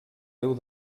déu